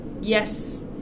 yes